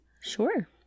Sure